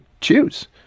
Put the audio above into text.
choose